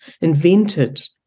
invented